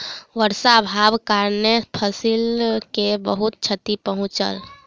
वर्षा अभावक कारणेँ फसिल के बहुत क्षति पहुँचल